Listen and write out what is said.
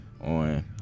on